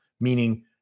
meaning